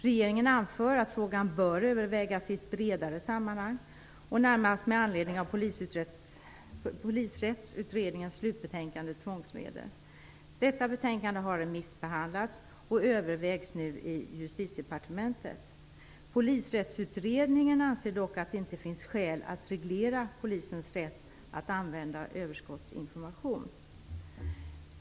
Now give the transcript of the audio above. Regeringen anför att frågan bör övervägas i ett bredare sammanhang och närmast med anledning av Polisrättsutredningens slutbetänkande Tvångsmedel. Detta betänkande har remissbehandlats och övervägs nu i Justitiedepartementet. Polisrättsutredningen anser dock att det inte finns skäl att reglera polisens rätt att använda överskottsinformation.